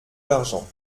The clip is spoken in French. l’argent